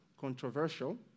controversial